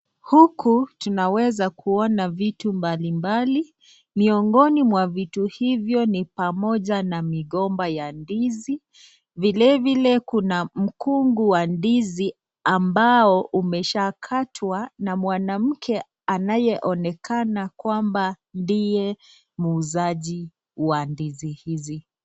Huku tunaweza ona vitu mbalimbali, miongoni mwa vitu hivyo ni pamoja na migomba ya ndizi, vilevile kuna mkungu wa ndizi ambao umeshaakatwa na mwanamke anayeonekana kwamba ndiye muuzaji wa ndizi hizi.